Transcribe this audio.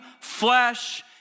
flesh